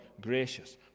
Gracious